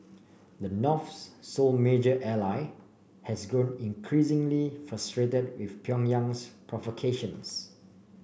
the North's sole major ally has grown increasingly frustrated with Pyongyang's provocations